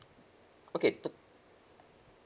okay talk